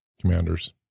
Commanders